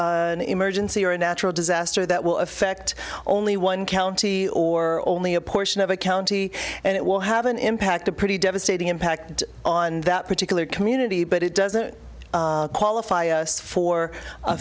an emergency or a natural disaster that will affect only one county or only a portion of a county and it will have an impact a pretty devastating impact on that particular community but it doesn't qualify us